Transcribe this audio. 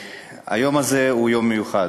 היום הזה הוא יום מיוחד,